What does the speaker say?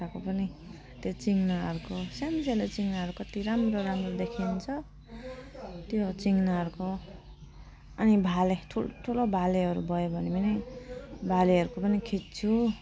कुखुराको पनि त्यो चिङ्नाहरूको सान्सानो चिङ्नाहरू कति राम्रो देखिन्छ त्यो चिङ्नाहरूको अनि भाले ठुल्ठुलो भालेहरू भयो भाले पनि भालेहरूको पनि खिच्छु